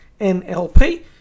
NLP